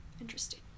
Interesting